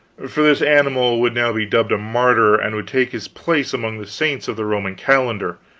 for this animal would now be dubbed a martyr, and would take his place among the saints of the roman calendar.